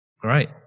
Great